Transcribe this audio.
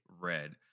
red